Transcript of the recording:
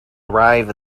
arrive